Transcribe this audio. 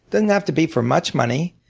doesn't have to be for much money.